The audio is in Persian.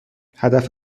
هدف